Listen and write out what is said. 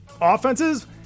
offenses